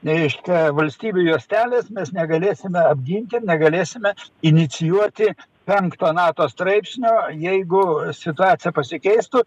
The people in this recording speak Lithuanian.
reiškia valstybinių juostelės mes negalėsime apginti negalėsime inicijuoti peknktojo nato straipsnio jeigu situacija pasikeistų